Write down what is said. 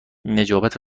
نجابت